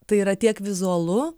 tai yra tiek vizualu